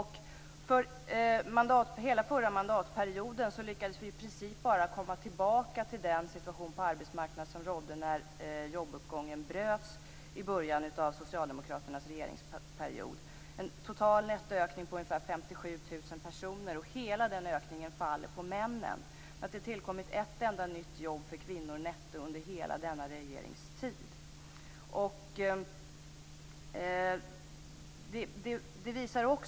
Hela förra mandatperioden lyckades vi i princip bara komma tillbaka till den situation på arbetsmarknaden som rådde när jobbuppgången bröts i början av socialdemokraternas regeringsperiod, en total nettoökning på ungefär 57 000 personer. Hela den ökningen faller på männen. Det har netto inte tillkommit ett enda nytt jobb för kvinnor under hela denna regeringstid.